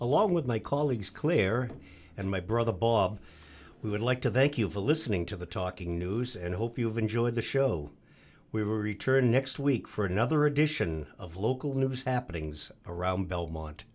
along with my colleagues claire and my brother bob who would like to thank you for listening to the talking news and hope you've enjoyed the show we were returning next week for another edition of local news happenings around belmont